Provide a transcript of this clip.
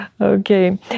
okay